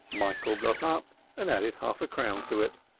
michael got up and added half a crown to it,